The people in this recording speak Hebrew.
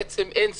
בעצם, אין סנכרון.